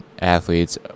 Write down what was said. athletes